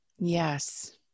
Yes